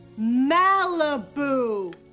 Malibu